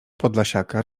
podlasiaka